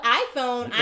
iPhone